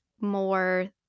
more